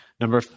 Number